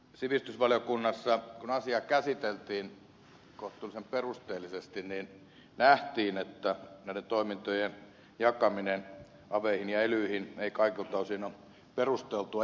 sivistysvaliokunnassa kun asiaa käsiteltiin kohtuullisen perusteellisesti nähtiin että näiden toimintojen jakaminen aveihin ja elyihin ei kaikilta osin ole perusteltua